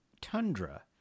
Tundra